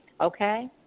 Okay